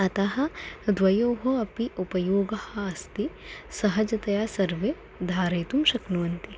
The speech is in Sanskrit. अतः द्वयोः अपि उपयोगः अस्ति सहजतया सर्वे धारयितुं शक्नुवन्ति